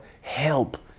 help